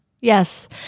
Yes